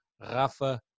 Rafa